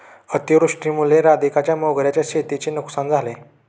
अतिवृष्टीमुळे राधिकाच्या मोगऱ्याच्या शेतीची नुकसान झाले